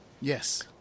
Yes